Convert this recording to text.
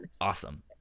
awesome